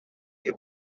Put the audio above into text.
que